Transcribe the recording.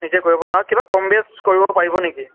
নিজে কৰিব ন' আৰু কিবা কম বেছ কৰিব পাৰিব নেকি